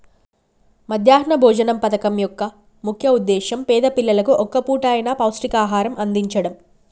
మధ్యాహ్న భోజన పథకం యొక్క ముఖ్య ఉద్దేశ్యం పేద పిల్లలకు ఒక్క పూట అయిన పౌష్టికాహారం అందిచడం